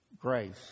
Grace